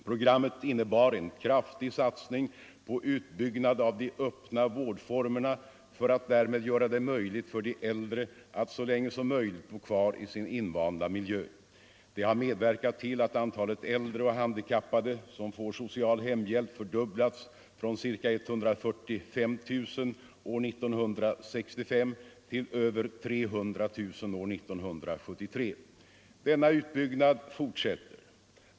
Programmet innebar en kraftig satsning på utbyggnad av de öppna vårdformerna för att därmed göra det möjligt för de äldre att så länge som möjligt bo kvar i sin invanda miljö. Det har medverkat till att antalet äldre och handikappade som får social hemhjälp fördubblats från ca 145 000 år 1965 till över 300 000 år 1973. Denna utbyggnad fortsätter.